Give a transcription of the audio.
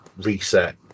reset